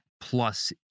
plus